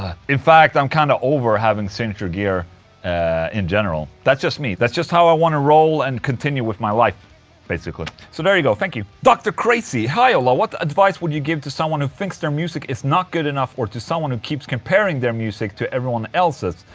in fact, i'm kind of over having signature gear in general. that's just me, that's just how i want to roll and continue with my life basically. so there you go, thank you. dr crazieee hi ola, what advice would you give to someone who thinks their music is not good enough or to someone who keeps comparing their music to everyone else's?